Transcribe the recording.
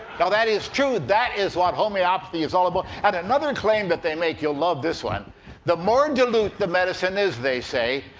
now that is true. that is what homeopathy is all about. and another and claim that they make you'll love this one the more and dilute the medicine is, they say,